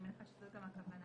אני מניחה שזו הכוונה.